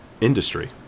industry